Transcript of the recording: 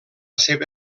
seva